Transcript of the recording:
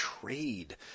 trade